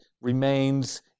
remains